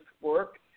work